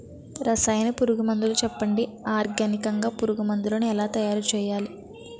రసాయన పురుగు మందులు చెప్పండి? ఆర్గనికంగ పురుగు మందులను ఎలా తయారు చేయాలి?